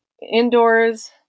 Indoors